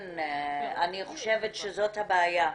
אני חושבת שזאת הבעיה.